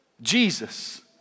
Jesus